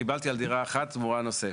קיבלתי על דירה אחת תמורה נוספת.